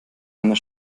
einer